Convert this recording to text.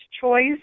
choice